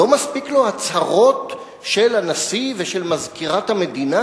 לא מספיק לו הצהרות של הנשיא ושל מזכירת המדינה?